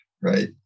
right